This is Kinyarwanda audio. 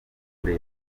kure